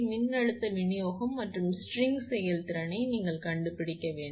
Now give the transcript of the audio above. மின்னழுத்த விநியோகம் மற்றும் ஸ்ட்ரிங் செயல்திறனை நீங்கள் கண்டுபிடிக்க வேண்டும்